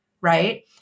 right